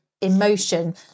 emotion